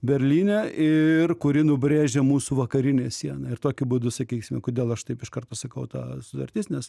berlyne ir kuri nubrėžė mūsų vakarinę sieną ir tokiu būdu sakysime kodėl aš taip iš karto sakau ta sutartis nes